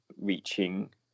reaching